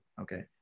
okay